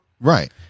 Right